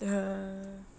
ya